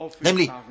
namely